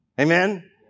Amen